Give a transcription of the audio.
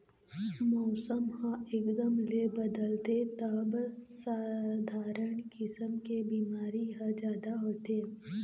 मउसम ह एकदम ले बदलथे तब सधारन किसम के बिमारी ह जादा होथे